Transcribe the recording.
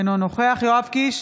אינו נוכח יואב קיש,